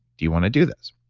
do you want to do this?